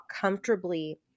comfortably